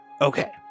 Okay